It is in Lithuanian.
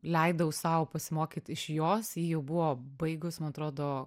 leidau sau pasimokyt iš jos ji jau buvo baigus man atrodo